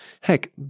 heck